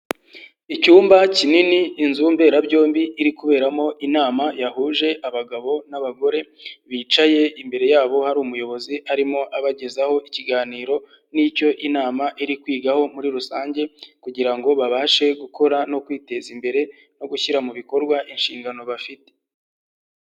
Icyumba kinini, inzu mberabyombi iri kuberamo inama yahuje abagabo n'abagore bicaye, imbere yabo hari umuyobozi arimo abagezaho ikiganiro n'icyo inama iri kwigaho muri rusange, kugira ngo babashe gukora no kwiteza imbere no gushyira mu bikorwa inshingano bafite.